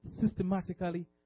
systematically